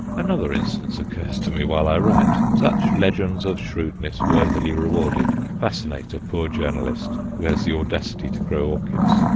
another instance occurs to me while i write such legends of shrewdness worthily rewarded fascinate a poor journalist who has the audacity to grow orchids.